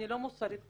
אני לא מוסרית כמוכם,